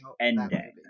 ending